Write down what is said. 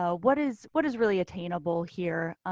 so what is what is really attainable here?